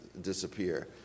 disappear